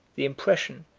the impression,